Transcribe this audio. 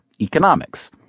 economics